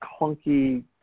clunky